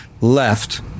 left